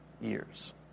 years